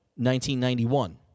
1991